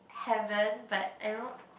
haven't but I don't